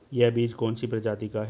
यह बीज कौन सी प्रजाति का है?